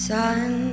Sun